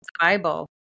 Bible